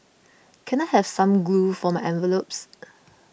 can I have some glue for my envelopes